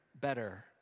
better